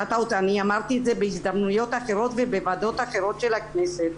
אני אמרתי את זה בהזדמנויות אחרות ובוועדות אחרות של הכנסת,